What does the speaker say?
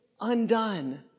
undone